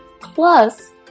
plus